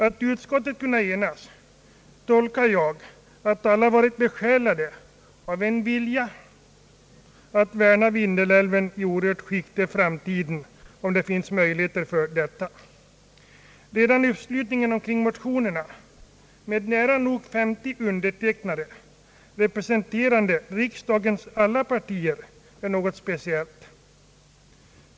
Att utskottet har kunnat enas, tolkar jag som att alla har varit besjälade av en vilja att värna Vindelälven i orört skick för framtiden, om det finns möjligheter till detta. Redan uppslutningen kring motionerna med nära nog 50 undertecknare representerande riksdagens alla partier är något speciellt.